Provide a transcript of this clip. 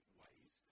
ways